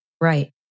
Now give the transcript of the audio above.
right